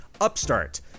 Upstart